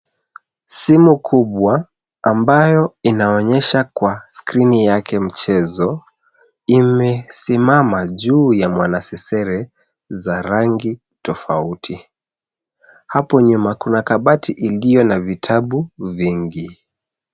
Simu kubwa ambauo inaonyesha kwa skrini yake mchezo, imesimama juu ya mwanasesere za rangi tofauti. Hapo nyuma kuna kabati iliyo na vitabu vingi.